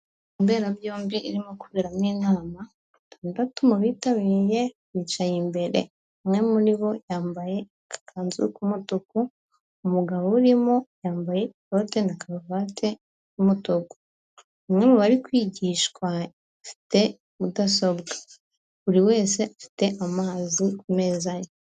Imberabyombi irimo kuberamo inama, batandatu mu bitabiriye bicaye imbere, umwe muri bo yambaye agakanzu k'umutuku, umugabo urimo yambaye ikote na karuvati y'umutuku. Umwe mu bari kwigishwa afite mudasobwa, buri wese afite amazi ku meza ye.